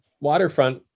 Waterfront